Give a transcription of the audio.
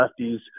lefties